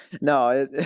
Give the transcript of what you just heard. No